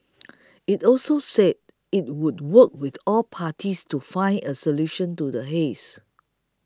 it also said it would work with all parties to find a solution to the haze